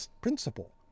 principle